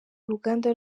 uruganda